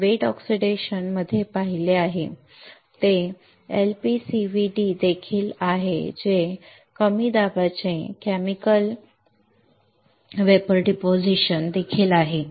आम्ही wet oxidation मध्ये पाहिले आहे जे एलपीसीव्हीडी देखील आहे जे कमी दाबाचे केमिकल वेपर डिपॉझिशन देखील आहे